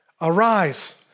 Arise